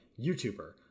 YouTuber